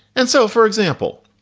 and so, for example,